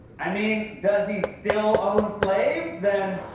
i mean, does he still own slaves? then,